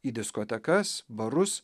į diskotekas barus